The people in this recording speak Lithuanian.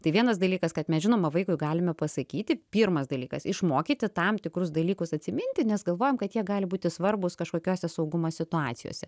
tai vienas dalykas kad mes žinoma vaikui galime pasakyti pirmas dalykas išmokyti tam tikrus dalykus atsiminti nes galvojam kad jie gali būti svarbūs kažkokiose saugumo situacijose